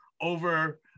over